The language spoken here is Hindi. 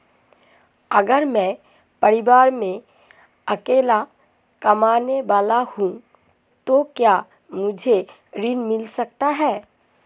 अगर मैं परिवार में अकेला कमाने वाला हूँ तो क्या मुझे ऋण मिल सकता है?